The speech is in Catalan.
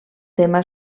tema